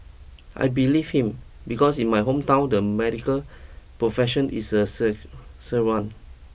I believed him because in my hometown the medical profession is a sec sir one